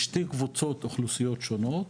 לשתי קבוצות אוכלוסיות שונות,